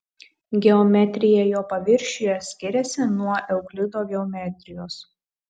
geometrija jo paviršiuje skiriasi nuo euklido geometrijos